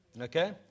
Okay